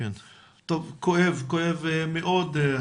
כואב מאוד.